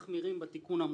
יותר,